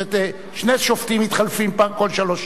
כלומר שני שופטים מתחלפים כל שלוש שנים,